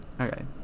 Okay